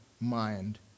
mind